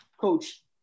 coach